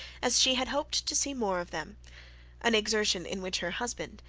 as she had hoped to see more of them an exertion in which her husband,